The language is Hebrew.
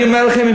אני אומר לכם,